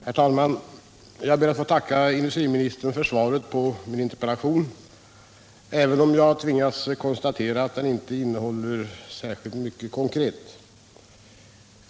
Herr talman! Jag ber att få tacka industriministern för svaret på min interpellation även om jag tvingas konstatera att det inte innehåller särskilt mycket konkret.